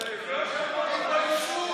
תתביישו.